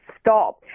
stop